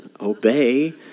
obey